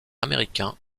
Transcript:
américain